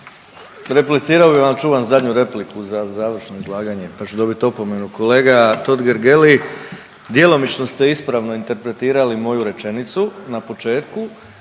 Replicirao bi vam, ali čuvam zadnju repliku za završno izlaganje pa ću dobiti opomenu. Kolega Totgergeli djelomično ste ispravno interpretirali moju rečenicu na početku,